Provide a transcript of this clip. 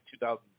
2000 –